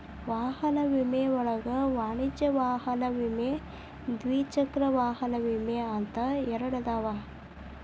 ವಾಹನ ವಿಮೆ ಒಳಗ ವಾಣಿಜ್ಯ ವಾಹನ ವಿಮೆ ದ್ವಿಚಕ್ರ ವಾಹನ ವಿಮೆ ಅಂತ ಎರಡದಾವ